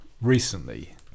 recently